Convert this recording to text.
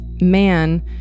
man